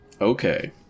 Okay